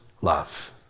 love